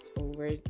over